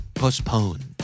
postpone